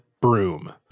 broom